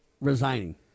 resigning